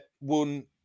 won